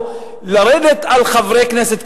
או לרדת על חברי כנסת,